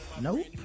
Nope